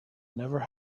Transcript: never